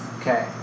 Okay